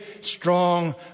strong